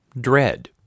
dread